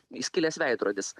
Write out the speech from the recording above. įskilęs veidrodis